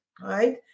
right